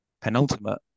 penultimate